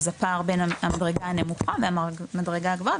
הפער בין המדרגה הנמוכה מהמדרגה הגבוהה,